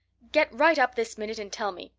get right up this minute and tell me.